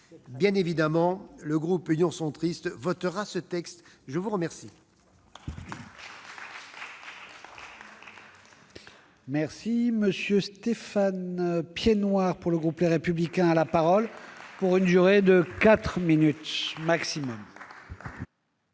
Bien évidemment, le groupe Union Centriste votera ce texte. La parole